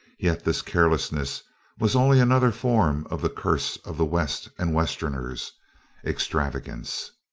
yet this carelessness was only another form of the curse of the west and westerners extravagance.